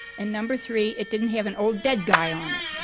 and number three, it didn't have an old dead guy on it.